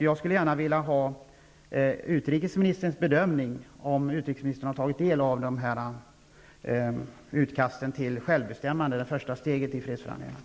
Jag skulle gärna vilja ha utrikesministerns bedömning, om hon har tagit del av de här utkasten till självbestämmande, dvs. det första steget i fredsförhandlingarna.